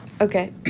Okay